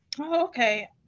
Okay